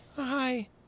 Hi